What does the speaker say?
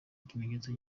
ikimenyetso